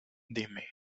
dime